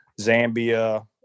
Zambia